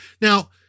Now